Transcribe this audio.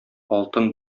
алтын